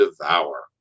devour